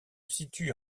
situe